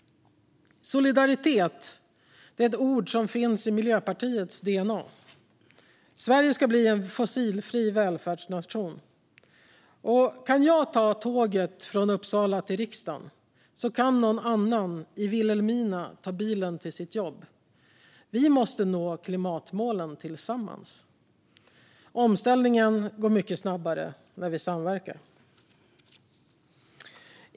Solidaritet är ett ord som finns i Miljöpartiets DNA. Sverige ska bli en fossilfri välfärdsnation. Kan jag ta tåget från Uppsala till riksdagen kan någon annan i Vilhelmina ta bilen till sitt jobb. Vi måste nå klimatmålen tillsammans. Omställningen går mycket snabbare när vi samverkar.